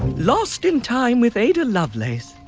lost in time with ada lovelace.